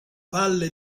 valle